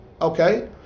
Okay